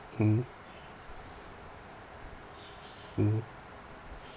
mmhmm mm